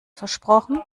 versprochen